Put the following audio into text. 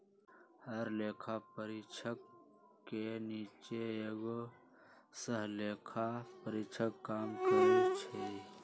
हर लेखा परीक्षक के नीचे एगो सहलेखा परीक्षक काम करई छई